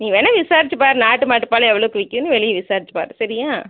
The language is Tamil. நீ வேணா விசாரிச்சு பார் நாட்டு மாட்டு பால் எவ்வளோக்கு விக்கிதுன்னு வெளியே விசாரிச்சு பார் சரியா